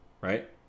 right